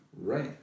Right